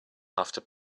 after